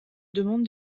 demande